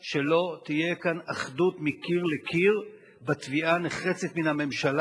שלא תהיה כאן אחדות מקיר לקיר בתביעה הנחרצת מן הממשלה